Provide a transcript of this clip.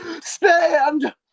Stand